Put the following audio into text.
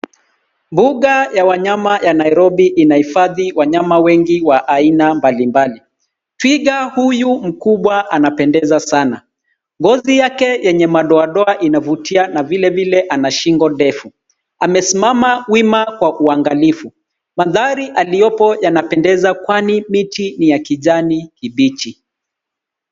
Mbuga ya wanyama ya Nairobi inahifadhi wanyama wengi wa aina mbalimbali. Twiga huyu mkubwa anapendeza sana, ngozi yake yenye madoadoa inavutia na vilevile ana shingo ndefu. Amesimama wima kwa uangalifu. Mandhari aliopo yanapendeza kwani miti ni ya kijani kibichi.